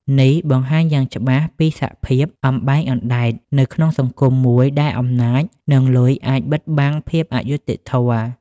នេះបង្ហាញយ៉ាងច្បាស់ពីសភាព "អំបែងអណ្ដែត" នៅក្នុងសង្គមមួយដែលអំណាច និងលុយអាចបិទបាំងភាពអយុត្តិធម៌។